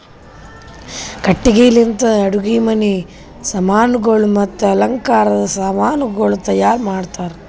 ಕಟ್ಟಿಗಿ ಲಿಂತ್ ಅಡುಗಿ ಮನಿ ಸಾಮಾನಗೊಳ್ ಮತ್ತ ಅಲಂಕಾರದ್ ಸಾಮಾನಗೊಳನು ತೈಯಾರ್ ಮಾಡ್ತಾರ್